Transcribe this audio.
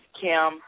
Kim